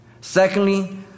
Secondly